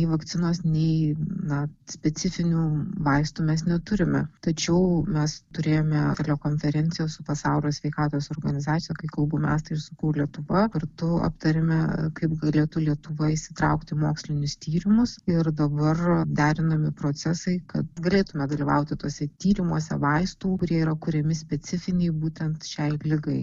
nei vakcinos nei na specifinių vaistų mes neturime tačiau mes turėjome rekonferenciją su pasaulio sveikatos organizacija kai kalbu mes tai ir sakau lietuva kartu aptarėme kaip galėtų lietuva įsitraukt į mokslinius tyrimus ir dabar derinami procesai kad galėtume dalyvauti tuose tyrimuose vaistų kurie yra kuriami specifiniai būtent šiai ligai